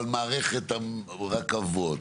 אבל מערכת הרכבות